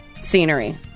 scenery